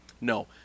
No